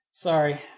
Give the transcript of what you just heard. Sorry